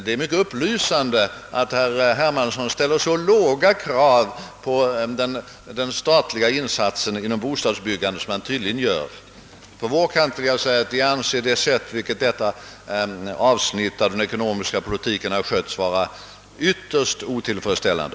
Det är mycket upplysande att herr Hermansson ställer så låga krav på den statliga insatsen inom bostadsbyggandet som han gör. För vår del anser vi det sätt varpå detta avsnitt av den ekonomiska politiken har skötts vara ytterst otillfredsställande,